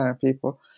people